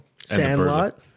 Sandlot